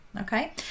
Okay